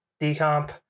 decomp